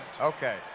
Okay